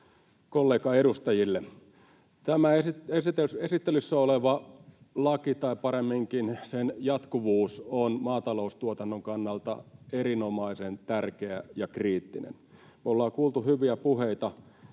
Tämä esittelyssä oleva laki tai paremminkin sen jatkuvuus on maataloustuotannon kannalta erinomaisen tärkeä ja kriittinen. Me ollaan kuultu hyviä puheita